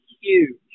huge